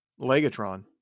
Legatron